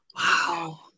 Wow